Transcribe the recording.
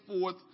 forth